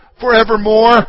forevermore